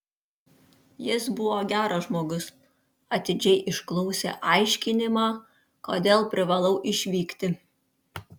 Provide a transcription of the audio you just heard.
jis buvo geras žmogus atidžiai išklausė aiškinimą kodėl privalau išvykti